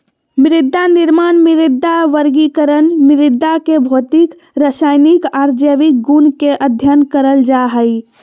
मृदानिर्माण, मृदा वर्गीकरण, मृदा के भौतिक, रसायनिक आर जैविक गुण के अध्ययन करल जा हई